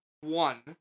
one